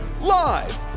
Live